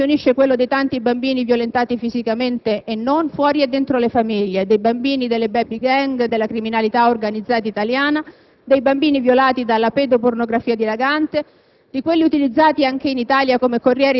Al silenzio impotente dei piccoli accattoni, si unisce quello dei tanti bambini violentati fisicamente e non, fuori e dentro le famiglie, dei bambini delle *baby gang*, della criminalità organizzata italiana, dei bambini violati dalla pedopornografia dilagante,